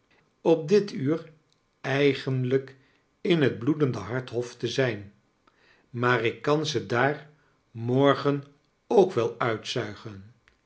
op dit uur eigenlijk in het bloedendc harthof to ziju maar ik kan ze daar morgen ook wel uitzuigen